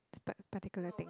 part~ particular thing